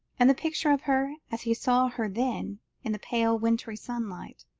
and the picture of her as he saw her then in the pale wintry sunlight,